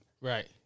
Right